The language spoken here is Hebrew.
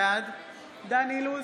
בעד דן אילוז,